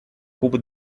cubo